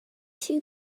two